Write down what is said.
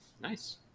Nice